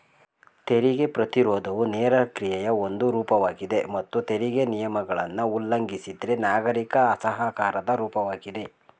ತೆರಿಗೆ ಪ್ರತಿರೋಧವು ನೇರ ಕ್ರಿಯೆಯ ಒಂದು ರೂಪವಾಗಿದೆ ಮತ್ತು ತೆರಿಗೆ ನಿಯಮಗಳನ್ನ ಉಲ್ಲಂಘಿಸಿದ್ರೆ ನಾಗರಿಕ ಅಸಹಕಾರದ ರೂಪವಾಗಿದೆ